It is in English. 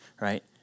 right